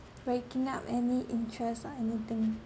racking up any interest or anything